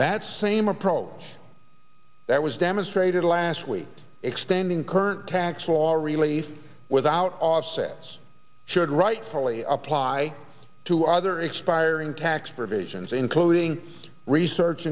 that same approach that was demonstrated last week extending current tax law really without offsets should rightfully apply to other expiring tax provisions including research